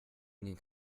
ingen